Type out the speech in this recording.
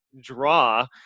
draw